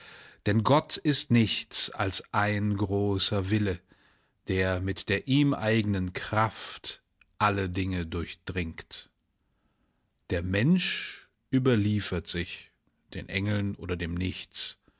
denn gott ist nichts als ein großer wille der mit der ihm eignen kraft alle dinge durchdringt der mensch überliefert sich den engeln oder dem nichts